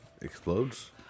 Explodes